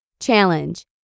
Challenge